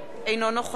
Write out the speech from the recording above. אינו נוכח